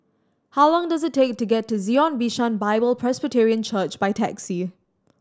how long does it take to get to Zion Bishan Bible Presbyterian Church by taxi